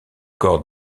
corps